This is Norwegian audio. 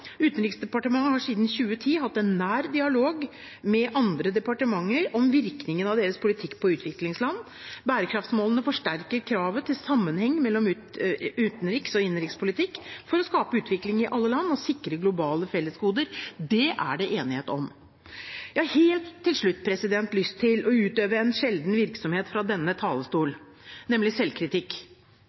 Utenriksdepartementet har siden 2010 hatt en nær dialog med andre departementer om virkningen av deres politikk på utviklingsland. Bærekraftsmålene forsterker kravet til sammenheng mellom utenriks- og innenrikspolitikk for å skape utvikling i alle land og sikre globale fellesgoder. Det er det enighet om. Jeg har helt til slutt lyst til å utøve en sjelden virksomhet fra denne talerstol, nemlig selvkritikk.